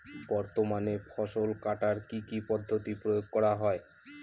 বর্তমানে ফসল কাটার কি কি পদ্ধতি প্রয়োগ করা হয়?